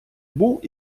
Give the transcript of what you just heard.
був